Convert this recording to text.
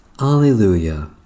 Alleluia